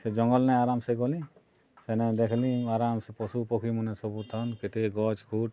ସେ ଜଙ୍ଗଲ୍ନେ ଆରାମ୍ ସେ ଗଲି ସେନେ ଦେଖ୍ଲି ଆରାମ୍ ସେ ପଶୁ ପକ୍ଷୀମାନେ ସବୁ ଥାନ୍ କେତେ ଗଛ୍ ଖୁଟ୍